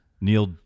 Neil